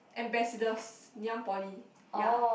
ambassadors Ngee-Ann Poly ya